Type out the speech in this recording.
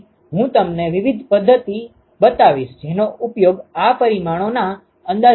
અને હું તમને વિવિધ પદ્ધતિ બતાવીશ જેનો ઉપયોગ આ પરિમાણોના અંદાજ માટે થઈ શકે છે